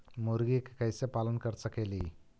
मुर्गि के कैसे पालन कर सकेली?